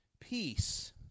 peace